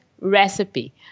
recipe